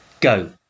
go